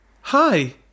hi